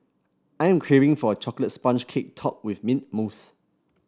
I am craving for a chocolate sponge cake topped with mint mousse